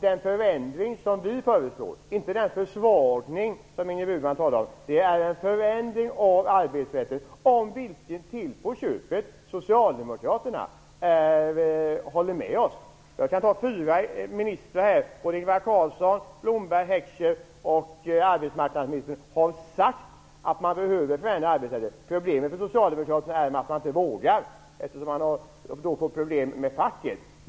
Den förändring som vi föreslår - inte den försvagning som Ingrid Burman talar om - innebär en förändring av arbetsrätten. T.o.m. socialdemokraterna håller med oss om detta. Fyra ministrar, Ingvar Carlsson, Leif Blomberg, Sten Heckscher och arbetsmarknadsministern, har sagt att vi behöver förändra arbetsrätten. Problemet för socialdemokraterna är att man inte vågar eftersom man då får problem med facket.